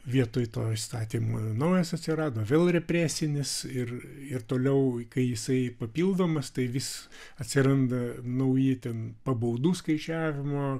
vietoj to įstatymo naujas atsirado vėl represinis ir ir toliau kai jisai papildomas tai vis atsiranda nauji ten pabaudų skaičiavimo